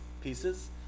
pieces